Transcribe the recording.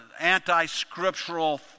anti-scriptural